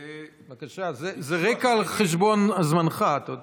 בבקשה, זה רקע על חשבון זמנך, אתה יודע.